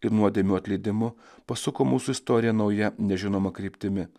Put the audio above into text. ir nuodėmių atleidimu pasuko mūsų istoriją nauja nežinoma kryptimi